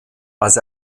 als